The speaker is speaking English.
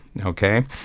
okay